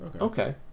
Okay